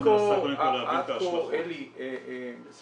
כל